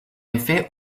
effet